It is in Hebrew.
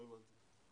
לא הבנתי.